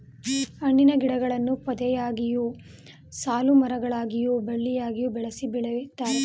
ಹಣ್ಣಿನ ಗಿಡಗಳನ್ನು ಪೊದೆಯಾಗಿಯು, ಸಾಲುಮರ ಗಳಲ್ಲಿಯೂ ಬಳ್ಳಿಯಾಗಿ ಹಬ್ಬಿಸಿ ಬೆಳಿತಾರೆ